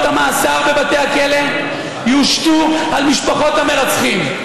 המאסר בבתי הכלא יושתו על משפחות המרצחים,